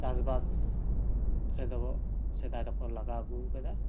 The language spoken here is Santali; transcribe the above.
ᱪᱟᱥᱵᱟᱥ ᱨᱮᱫᱚ ᱥᱮᱫᱟᱭ ᱫᱚᱠᱚ ᱞᱟᱜᱟᱣ ᱟᱹᱜᱩ ᱟᱠᱟᱫᱟ